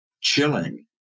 chilling